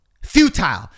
Futile